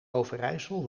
overijssel